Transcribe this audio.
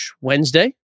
Wednesday